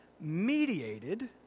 mediated